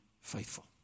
faithful